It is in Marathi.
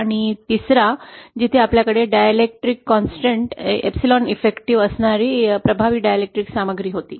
आणि तिसरा जिथे आपल्याकडे डायलेक्ट्रिक स्थिर 𝝴 इफेक्टिव्ह असणारी प्रभावी डायलेक्ट्रिक सामग्री होती